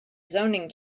zoning